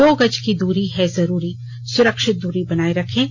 दो गज की दूरी है जरूरी सुरक्षित दूरी बनाए रखें